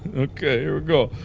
okay, here we go.